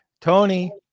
Tony